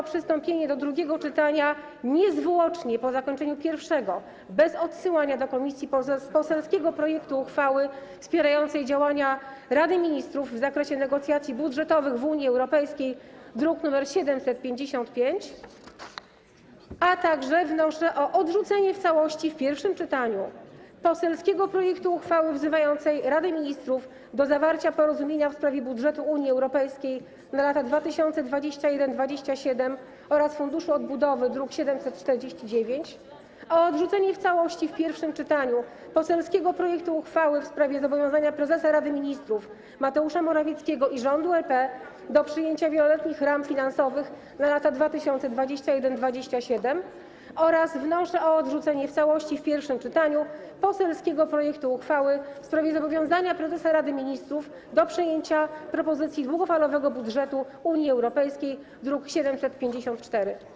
o przystąpienie do drugiego czytania niezwłocznie po zakończeniu pierwszego, bez odsyłania do komisji poselskiego projektu uchwały wspierającej działania Rady Ministrów w zakresie negocjacji budżetowych w Unii Europejskiej, druk nr 755, a także wnoszę o odrzucenie w całości w pierwszym czytaniu poselskiego projektu uchwały wzywającej Radę Ministrów do zawarcia porozumienia w sprawie budżetu Unii Europejskiej na lata 2021–2027 oraz Funduszu Odbudowy, druk nr 749, o odrzucenie w całości w pierwszym czytaniu poselskiego projektu uchwały w sprawie zobowiązania Prezesa Rady Ministrów Mateusza Morawieckiego i Rządu RP do przyjęcia Wieloletnich Ram Finansowych na lata 2021–2027 oraz o odrzucenie w całości w pierwszym czytaniu poselskiego projektu uchwały w sprawie zobowiązania Prezesa Rady Ministrów do przyjęcia propozycji długofalowego budżetu Unii Europejskiej, druk nr 754.